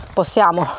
possiamo